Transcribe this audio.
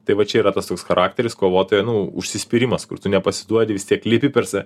tai va čia yra tas toks charakteris kovotojo nu užsispyrimas kur tu nepasiduodi vis tiek lipi per save